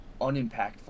unimpactful